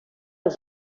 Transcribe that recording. als